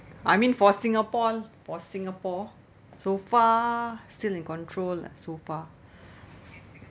I mean for singapore for singapore so far still in control lah so far